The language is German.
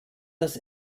das